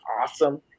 awesome